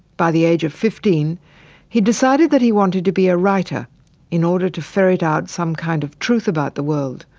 by the age of fifteen he had decided that he wanted to be a writer in order to ferret out some kind of truth about the world,